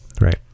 Right